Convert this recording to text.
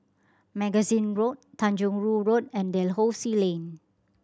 Magazine Road Tanjong Rhu Road and Dalhousie Lane